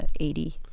80